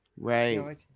right